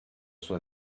sua